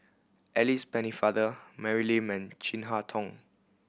Alice Pennefather Mary Lim and Chin Harn Tong